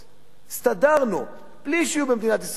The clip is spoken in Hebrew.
הסתדרנו בלי שיהיו במדינת ישראל מירוצי סוסים,